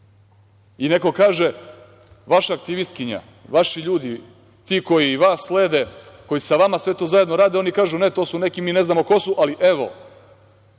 rekao. Neko kaže „vaša aktivistkinja, vaši ljudi, ti koji i vas slede koji sa vama sve to zajedno rade“, oni kažu „ne, to su neki, mi ne znamo ko su“. Ali evo,